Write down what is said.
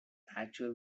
actual